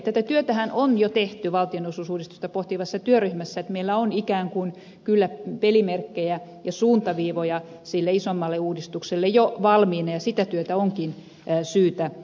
tätä työtähän on jo tehty valtionosuusuudistusta pohtivassa työryhmässä että meillä on ikään kuin kyllä pelimerkkejä ja suuntaviivoja sille isommalle uudistukselle jo valmiina ja sitä työtä onkin syytä hyödyntää